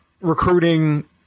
recruiting